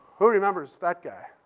who remembers that guy?